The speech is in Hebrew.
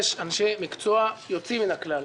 יש אנשי מקצוע יוצאים מן הכלל,